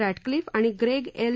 Ratcliffe आणि Greg L